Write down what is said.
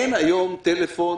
אין היום מספר טלפון